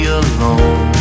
alone